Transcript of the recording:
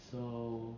so